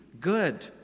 good